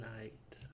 night